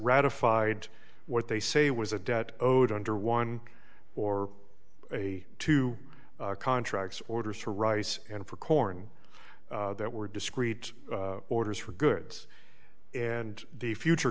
ratified what they say was a debt owed under one or a two contracts orders to rice and for corn that were discrete orders for goods and the future